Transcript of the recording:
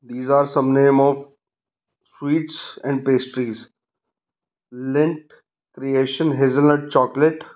these are some name of sweets and pastries Lindt creation hazelnut chocolate